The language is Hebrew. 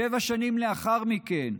שבע שנים לאחר מכן,